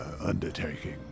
Undertaking